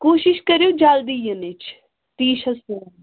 کوٗشِش کٔرِو جلدی یِنِچ تی چھَس بہٕ